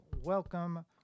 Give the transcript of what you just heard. welcome